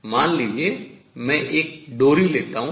मान लीजिए मैं एक डोरी लेता हूँ